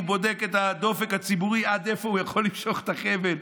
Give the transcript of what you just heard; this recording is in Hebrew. הוא בודק את הדופק הציבורי עד איפה הוא יכול למשוך את החבל.